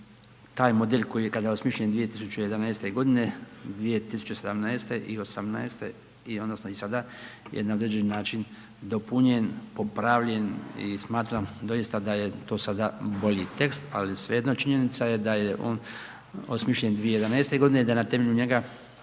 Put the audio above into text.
taj model kada je osmišljen 2011.g., 2017. i 2018. i odnosno i sada je na određeni način dopunjen, popravljen i smatram doista da je to sada bolji tekst, ali svejedno činjenica je da je on osmišljen 2011.g., da je na temelju njega,